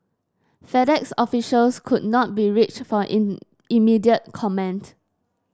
FedEx officials could not be reached for immediate comment